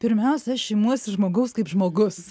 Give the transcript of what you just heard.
pirmiausia aš imuosi žmogaus kaip žmogus